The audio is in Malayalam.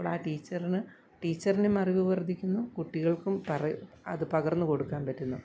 അപ്പോളാ ടീച്ചറിന് ടീച്ചറിനും അറിവ് വർദ്ധിക്കുന്നു കുട്ടികൾക്കും പക അത് പകർന്നുകൊടുക്കാൻ പറ്റുന്നു